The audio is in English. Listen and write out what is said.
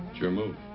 your move.